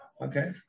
Okay